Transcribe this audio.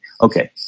Okay